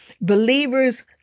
Believers